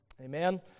Amen